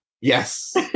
Yes